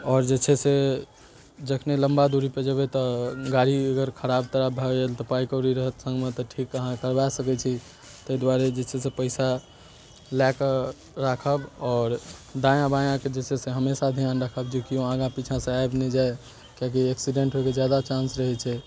आओर जे छै से जखने लम्बा दूरी पर जेबै तऽ गाड़ी अगर खराब तराब भऽ गेल तऽ पाइ कौड़ी रहत संगमे तऽ ठीक अहाँ करबा सकै छी ताहि दुआरे जे छै से पैसा लऽ कऽ राखब आओर दायाँ बायाँ कऽ जे छै से हमेशा ध्यान राखब जे केओ आगाँ पीछाँ सऽ आबि नहि जाय किएकि एक्सिडेंट होइ कऽ जादा चांस रहै छै